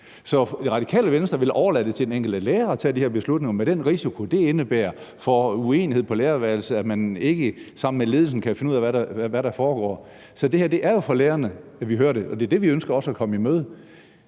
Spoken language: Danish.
i det. Radikale Venstre vil overlade det til den enkelte lærer at tage de her beslutninger med den risiko, det indebærer for uenighed på lærerværelset, at man ikke sammen med ledelsen kan finde ud af, hvad der foregår. Så det her er jo fra lærerne, vi hører det, og det er det, vi også ønsker at komme i møde.